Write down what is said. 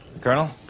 Colonel